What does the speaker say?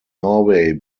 norway